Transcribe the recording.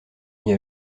mis